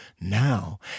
Now